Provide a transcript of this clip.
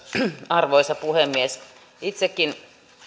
arvoisa puhemies itsekin